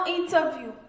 interview